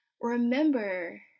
remember